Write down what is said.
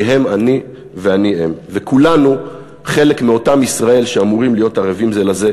כי הם אני ואני הם וכולנו חלק מאותם ישראל שאמורים להיות ערבים זה לזה,